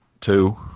Two